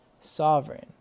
sovereign